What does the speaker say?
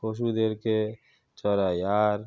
পশুদেরকে চড়াই আর